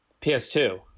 PS2